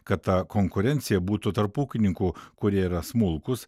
kad ta konkurencija būtų tarp ūkininkų kurie yra smulkūs